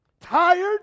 Tired